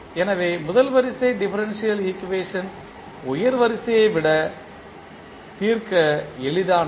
எனவே முதல் வரிசை டிபரன்ஷியல் ஈக்குவேஷன்ஸ் உயர் வரிசையை விட தீர்க்க எளிதானவை